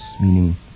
meaning